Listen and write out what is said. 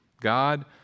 God